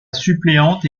suppléante